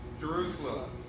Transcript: Jerusalem